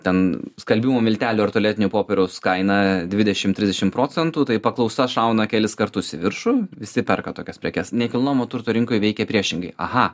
ten skalbimo miltelių ar tualetinio popieriaus kaina dvidešimt trisdešimt procentų tai paklausa šauna kelis kartus į viršų visi perka tokias prekes nekilnojamo turto rinkoj veikė priešingai aha